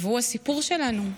והוא הסיפור שלנו.